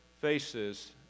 faces